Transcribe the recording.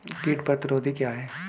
कीट प्रतिरोधी क्या है?